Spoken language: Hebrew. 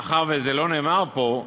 מאחר שזה לא נאמר פה,